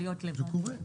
זה קורה.